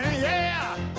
yeah